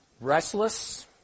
restless